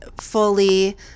fully